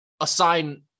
assign